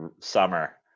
summer